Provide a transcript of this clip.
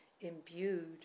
imbued